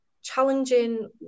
challenging